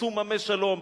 מסוממי שלום,